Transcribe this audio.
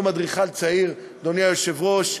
אדוני היושב-ראש,